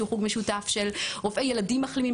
שהוא חוג משותף של רופאי ילדים מחלימים.